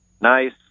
nice